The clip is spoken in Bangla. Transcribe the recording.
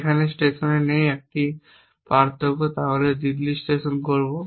এখানে স্টেশনে নেই যে 1টি পার্থক্য তাহলে দিল্লি স্টেশন করব